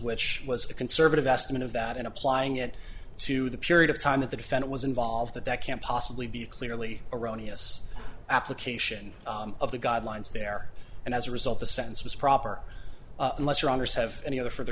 which was a conservative estimate of that in applying it to the period of time that the defendant was involved that that can't possibly be clearly erroneous application of the guidelines there and as a result the sentence was proper unless your honour's have any other for the